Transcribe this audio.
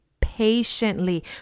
Patiently